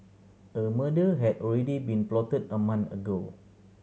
a murder had already been plotted a month ago